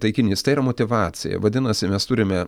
taikinys tai yra motyvacija vadinasi mes turime